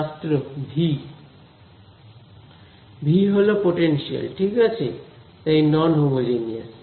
ছাত্র V V হল potential ঠিক আছে তাই নন হোমোজিনিয়াস